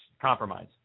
compromise